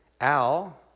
Al